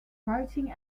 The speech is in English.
writing